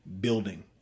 building